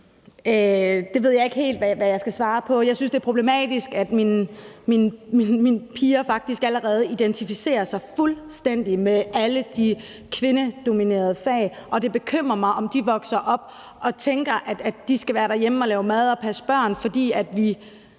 Det ved jeg ikke helt hvad jeg skal svare på. Jeg synes, det er problematisk, at mine piger faktisk allerede identificerer sig fuldstændig med alle de kvindedominerede fag, og det bekymrer mig, hvis de vokser op og tænker, at de skal være derhjemme og lave mad og passe børn, for vi